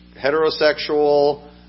heterosexual